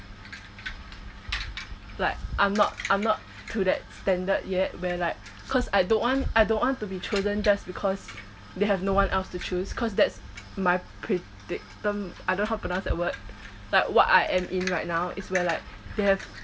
like I'm not I'm not to that standard yet where like cause I don't want I don't want to be chosen just because they have no one else to choose cause that's my predicta~ I don't how to pronounce that word like what I am in right now is where like they have